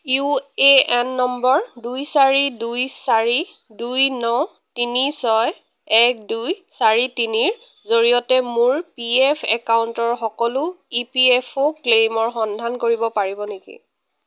U A N number দুই চাৰি দুই চাৰি দুই ন তিনি ছয় এক দুই চাৰি তিনিৰ জৰিয়তে মোৰ পি এফ একাউণ্টৰ সকলো ই পি এফ অ' ক্লেইমৰ সন্ধান কৰিব পাৰিব নেকি